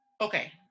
Okay